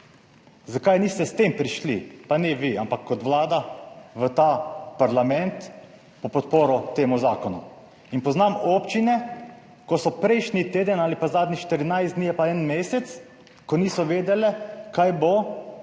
Zakaj niste prišli s tem, pa ne vi, ampak kot vlada, v parlament po podporo temu zakonu? Poznam občine, ki so prejšnji teden ali pa zadnjih 14 dni oziroma en mesec, ko niso vedele, kaj bo,